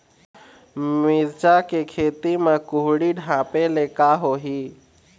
मिरचा के खेती म कुहड़ी ढापे ले का होही?